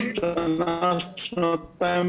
אני רק רוצה לשתף אתכם שאנחנו לפני כשנתיים